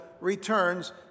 returns